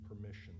permission